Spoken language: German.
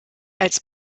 als